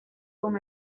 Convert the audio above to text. con